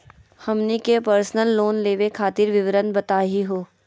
हमनी के personal loan लेवे खातीर विवरण बताही हो?